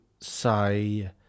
say